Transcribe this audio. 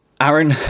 Aaron